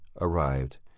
arrived